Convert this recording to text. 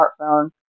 smartphone